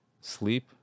sleep